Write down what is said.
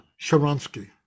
sharansky